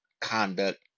conduct